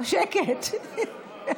שקט.